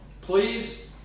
please